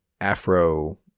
Afro